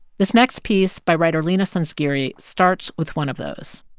this next piece by writer leena sanzgiri starts with one of those